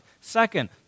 Second